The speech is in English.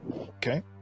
Okay